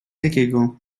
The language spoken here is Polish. jakiego